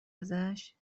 ازش